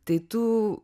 tai tu